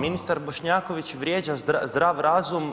Ministar Bošnjaković vrijeđa zdrav razum